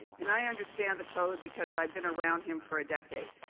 and i understand the code because i've been around him for a decade.